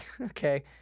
Okay